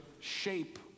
shape